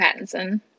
Pattinson